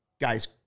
guys